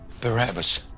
Barabbas